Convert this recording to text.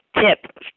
tip